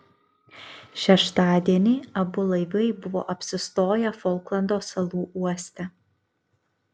šeštadienį abu laivai buvo apsistoję folklando salų uoste